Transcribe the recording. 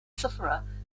sufferer